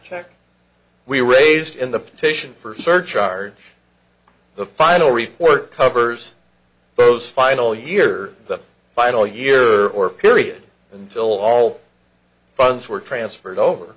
check we raised in the petition for surcharge the final report covers those final year the final year or period until all funds were transferred over